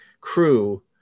crew